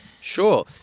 Sure